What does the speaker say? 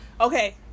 Okay